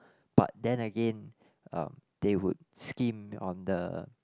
but then again um they would skimp on the